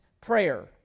prayer